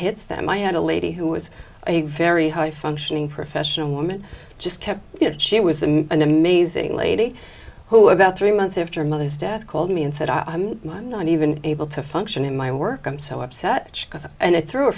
hits them i had a lady who was a very high functioning professional woman just kept she was an amazing lady who about three months after mother's death called me and said i'm not even able to function in my work i'm so upset because and it thr